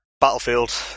Battlefield